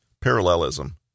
Parallelism